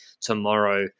tomorrow